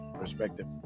perspective